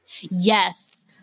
yes